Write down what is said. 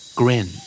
grin